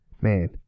man